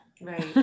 Right